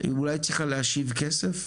אולי היא צריכה להשיב כסף?